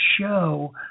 show